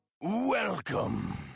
welcome